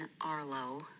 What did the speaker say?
Arlo